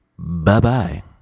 Bye-bye